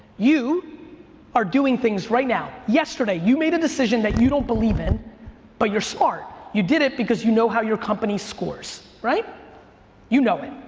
you are doing things right now. yesterday you made a decision that you don't believe in but you're smart. you did it because you know how your company scores. you know it.